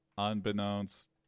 unbeknownst